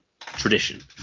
tradition